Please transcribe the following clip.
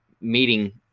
meeting